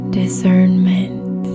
discernment